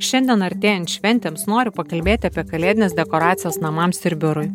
šiandien artėjant šventėms noriu pakalbėti apie kalėdines dekoracijas namams ir biurui